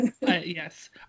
Yes